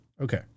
Okay